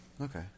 Okay